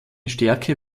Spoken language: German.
stärke